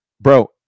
bro